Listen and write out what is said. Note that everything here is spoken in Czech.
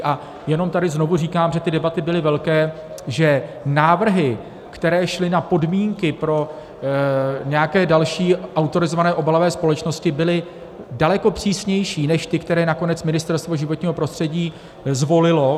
A jenom tady znovu říkám, protože ty debaty byly velké, že návrhy, které šly na podmínky pro nějaké další autorizované obalové společnosti, byly daleko přísnější než ty, které nakonec Ministerstvo životního prostředí zvolilo.